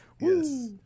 Yes